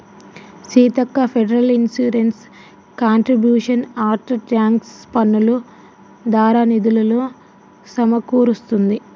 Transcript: Seethakka federal insurance contributions act tax పన్నులు దారా నిధులులు సమకూరుస్తుంది